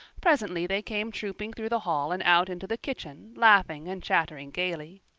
presently they came trooping through the hall and out into the kitchen, laughing and chattering gaily.